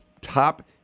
top